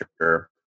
sure